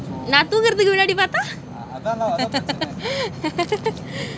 நா தூங்குறதுக்கு முன்னாடி பாத்தா:na thungurathuku munnadi patha